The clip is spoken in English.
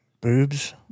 boobs